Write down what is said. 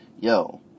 yo